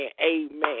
Amen